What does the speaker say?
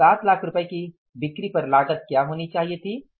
अब 7 लाख रुपये की बिक्री पर लागत क्या होनी चाहिए थी